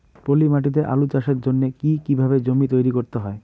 পলি মাটি তে আলু চাষের জন্যে কি কিভাবে জমি তৈরি করতে হয়?